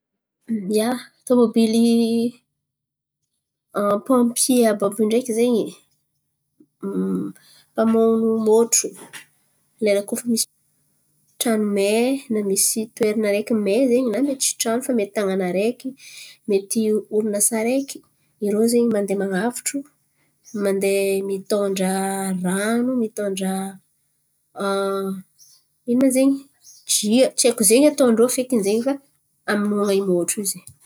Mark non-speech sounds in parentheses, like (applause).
Ia, tômôbily (hesitation) pompie àby àby io ndreky zen̈y. (hesitation) Mamono môtro lera koa fa misy tran̈o may na misy toerana araiky may zen̈y na mety tsy tran̈o fa mety tan̈àna araiky, mety orinasa araiky. Irô zen̈y mandeha man̈avotro, mandeha mitondra ran̈o mitondra (hesitation) ino ma zen̈y? Jia, tsy haiko zen̈y ataondrô fekiny zen̈y fa amonoan̈a i môtro io zen̈y.